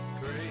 great